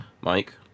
Mike